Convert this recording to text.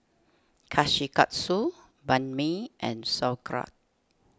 Kushikatsu Banh Mi and Sauerkraut